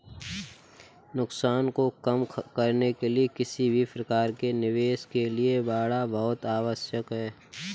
नुकसान को कम करने के लिए किसी भी प्रकार के निवेश के लिए बाड़ा बहुत आवश्यक हैं